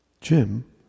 Jim